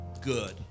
good